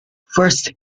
first